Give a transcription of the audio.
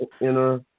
inner